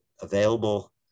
available